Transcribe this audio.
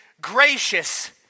gracious